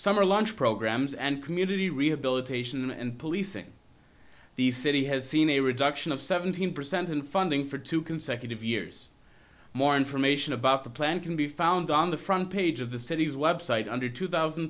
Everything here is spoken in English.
summer lunch programs and community rehabilitation and policing the city has seen a reduction of seventeen percent in funding for two consecutive years more information about the plan can be found on the front page of the city's website under two thousand